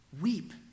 Weep